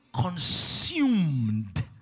Consumed